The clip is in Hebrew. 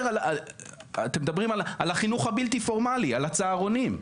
אתם מדברים על החינוך הבלתי פורמלי על הצהרונים.